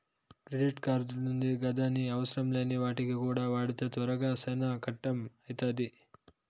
credit కార్డుంది గదాని అవసరంలేని వాటికి కూడా వాడితే తర్వాత సేనా కట్టం అయితాది